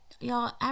y'all